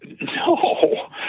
No